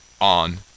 on